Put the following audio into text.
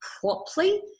properly